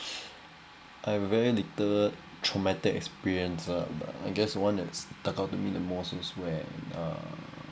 I have very little traumatic experience ah but I guess one that stuck out to me the most is when uh